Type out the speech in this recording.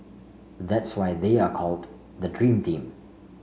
that's why they are called the dream team